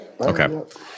Okay